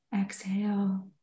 exhale